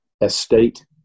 Estate